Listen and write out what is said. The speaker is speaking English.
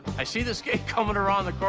i see the skate coming around the corner.